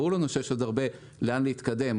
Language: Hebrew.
ברור לנו שיש עוד הרבה לאן להתקדם,